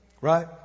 Right